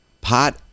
pot